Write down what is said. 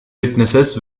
witnesses